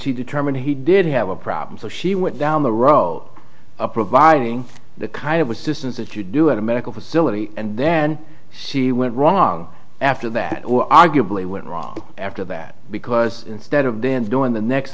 she determined he did have a problem so she went down the row of providing the kind of assistance that you do in a medical facility and then she went wrong after that or arguably went wrong after that because instead of then doing the next